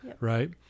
Right